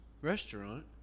restaurant